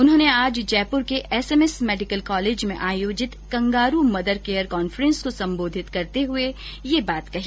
उन्होने आज जयपुर के एमएमएस मेडिकल कॉलेज में आयोजित कंगारू मदर केयर कॉन्फ्रेंस को संबोधित करते हुए यह बात कही